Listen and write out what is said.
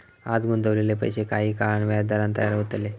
आज गुंतवलेले पैशे काही काळान व्याजदरान तयार होतले